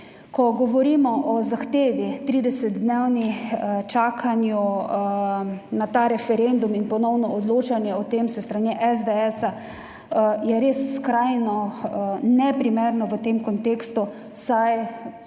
Ko govorimo o zahtevi 30-dnevnega čakanja na ta referendum in ponovnega odločanje o tem s strani SDS, je res skrajno neprimerno v tem kontekstu, saj